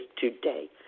today